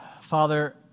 Father